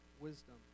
wisdom